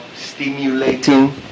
stimulating